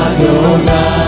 Adonai